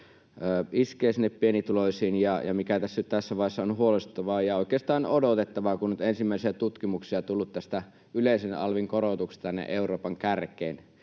iskevät sinne pienituloisiin, ja mikä tässä nyt tässä vaiheessa on huolestuttavaa ja oikeastaan odotettavaa — kun nyt ensimmäisiä tutkimuksia on tullut tästä yleisen alvin korotuksesta tänne Euroopan kärkeen